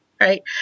right